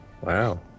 Wow